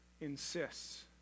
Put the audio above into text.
insists